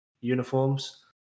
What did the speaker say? uniforms